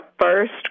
first